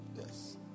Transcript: Yes